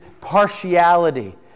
partiality